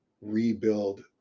rebuild